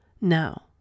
Now